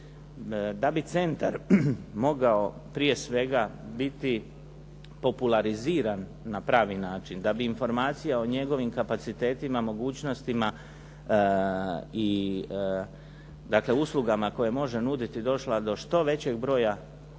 Da bi centar mogao prije svega biti populariziran na pravi način, da bi informacija o njegovim kapacitetima, mogućnostima i uslugama koje može nuditi došla do što većeg broja ljudi,